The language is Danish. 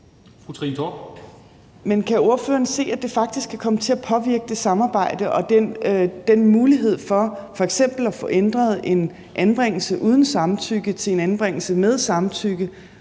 Men kan ordføreren se, at det faktisk kan komme til at påvirke det samarbejde og den mulighed for f.eks. at få ændret en anbringelse uden samtykke til en anbringelse med samtykke,